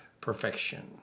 perfection